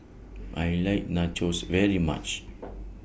I like Nachos very much